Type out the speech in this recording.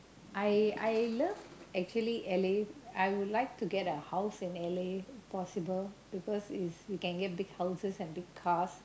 I I love actually L_A I would like to get a house in L_A if possible because is you can get big houses and big cars